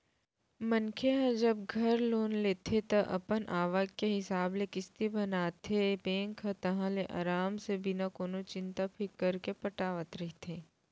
मनखे ह जब घर लोन लेथे ता अपन आवक के हिसाब ले किस्ती बनाथे बेंक के ताहले अराम ले बिना कोनो चिंता फिकर के पटावत रहिथे